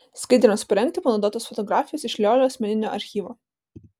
skaidrėms parengti panaudotos fotografijos iš liolio asmeninio archyvo